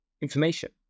information